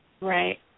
right